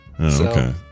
okay